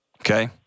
Okay